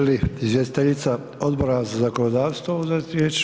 Želi li izvjestiteljica Odbora za zakonodavstvo uzeti riječ?